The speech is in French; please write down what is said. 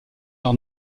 leur